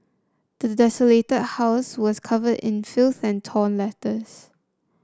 the desolated house was covered in filth and torn letters